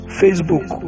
facebook